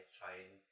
trying